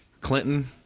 Clinton